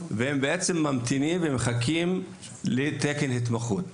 והם ממתינים ומחכים לתקן התמחות.